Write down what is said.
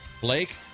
Blake